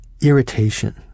irritation